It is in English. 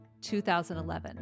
2011